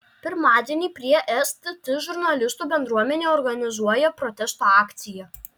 pirmadienį prie stt žurnalistų bendruomenė organizuoja protesto akciją